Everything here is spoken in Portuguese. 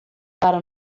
para